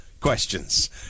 questions